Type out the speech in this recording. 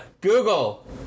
Google